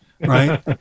right